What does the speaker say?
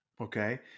Okay